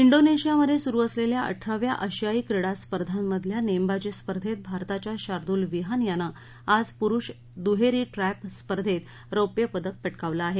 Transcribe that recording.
डीनेशियामध्ये सुरू असलेल्या अठराव्या आशियाई क्रीडा स्पर्धांनां मधल्या नेमबाजी स्पर्धेत भारताच्या शार्दल विहान यानं आज पुरूष दुहेरी ट्रॅप स्पर्धेत रोप्य पदक पटकावलं आहे